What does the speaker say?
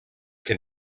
can